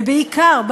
ובעיקר,